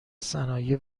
صنایع